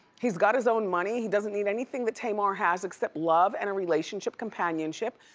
he's got his own money, he doesn't need anything that tamar has except love and a relationship, companionship.